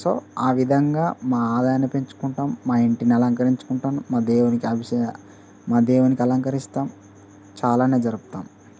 so ఆ విధంగా మా ఆదాయాన్ని పెంచుకుంటాం మా ఇంటిని అలంకరించుకుంటాం మా దేవునికి అభిశే మా దేవునికి అలంకరిస్తాం చాలానే జరుపుతాం